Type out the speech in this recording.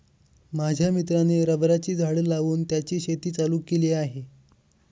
माझ्या मित्राने रबराची झाडं लावून त्याची शेती चालू केली आहे